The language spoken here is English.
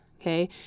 okay